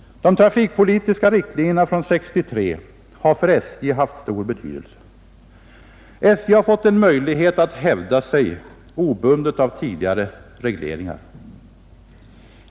De trafikpolitiska riktlinjerna från 1963 har för SJ haft stor betydelse. SJ har fått en möjlighet att hävda sig, obundet av tidigare regleringar.